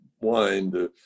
wine